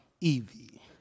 evie